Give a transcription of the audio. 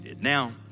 Now